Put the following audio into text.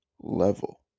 level